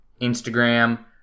instagram